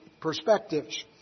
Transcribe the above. perspectives